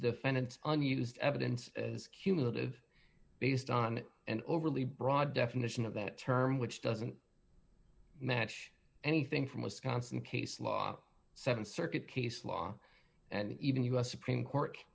fan and unused evidence as cumulative based on an overly broad definition of that term which doesn't match anything from wisconsin case law seven circuit case law and even us supreme court